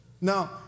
Now